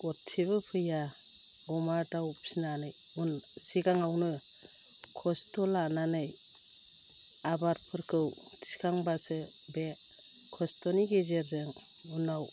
गदसेबो फैया अमा दाव फिनानै उन सिगाङावनो खस्थ' लानानै आबादफोरखौ थिखांबासो बे खस्थ'नि गेजेरजों उनाव